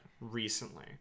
Recently